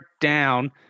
down